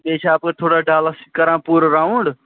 بیٚیہِ چھِ اَپٲرۍ تھوڑا ڈَلَس چھِ کَران پوٗرٕ راوُنٛڈ